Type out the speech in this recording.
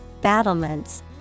battlements